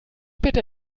bitte